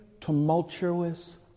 tumultuous